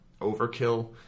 overkill